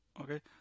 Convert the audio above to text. Okay